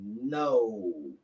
no